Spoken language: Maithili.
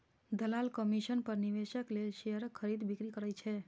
दलाल कमीशन पर निवेशक लेल शेयरक खरीद, बिक्री करै छै